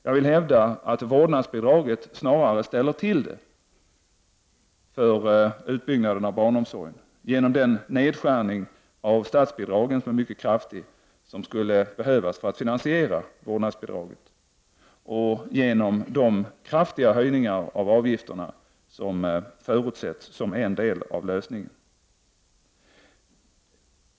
Jag vill hävda att vårdnadsbidraget snarare ställer till det för utbyggnaden av barnomsorgen genom den kraftiga nedskärning av statsbidraget som skulle behövas för att finansiera vårdnadsbidraget och genom de kraftiga höjningar av avgifterna som förutsätts som en del av lösningen.